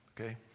Okay